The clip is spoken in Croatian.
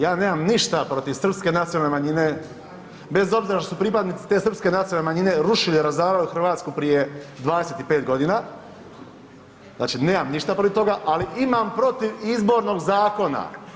Ja nemam ništa protiv srpske nacionalne manjine bez obzira što su pripadnici te srpske nacionalne manjine rušili, razarali Hrvatsku prije 25 godina, znači nemam ništa protiv toga, ali imam protiv izbornog zakona.